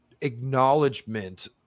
acknowledgement